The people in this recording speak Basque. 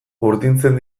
urdintzen